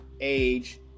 age